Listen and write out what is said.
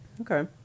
Okay